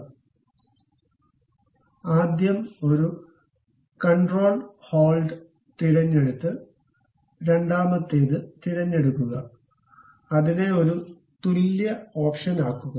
അതിനാൽ ആദ്യം ഒരു കൺട്രോൾ ഹോൾഡ് തിരഞ്ഞെടുത്ത് രണ്ടാമത്തേത് തിരഞ്ഞെടുക്കുക അതിനെ ഒരു തുല്യ ഓപ്ഷനാക്കുക